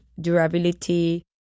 durability